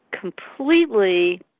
completely